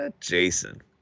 Jason